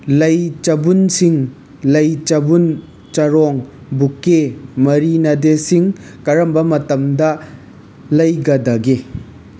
ꯂꯩ ꯆꯕꯨꯟꯁꯤꯡ ꯂꯩ ꯆꯕꯨꯟ ꯆꯔꯣꯡ ꯕꯨꯛꯀꯦ ꯃꯔꯤꯅꯥꯗꯦꯁꯤꯡ ꯀꯔꯝꯕ ꯃꯇꯝꯗ ꯂꯩꯒꯗꯒꯦ